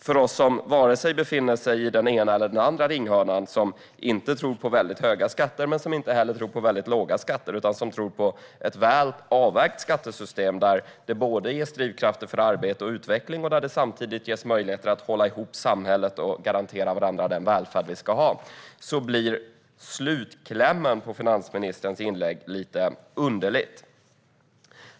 För oss som inte befinner oss i vare sig den ena eller den andra ringhörnan, som inte tror på väldigt höga skatter men inte heller tror på väldigt låga skatter utan tror på ett väl avvägt skattesystem där det ges drivkrafter för arbete och utveckling och samtidigt ges möjligheter att hålla ihop samhället och garantera varandra den välfärd vi ska ha låter slutklämmen på finansministerns inlägg lite underlig.